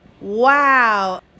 Wow